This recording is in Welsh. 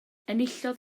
enillodd